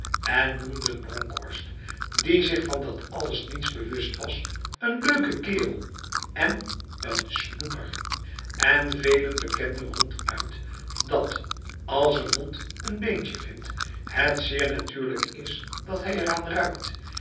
en noemden bronkhorst die zich van dat alles niets bewust was n leuke kerel en n snoeper en velen bekenden ronduit dat als een hond n beentje vindt het zeer natuurlijk is dat hij eraan ruikt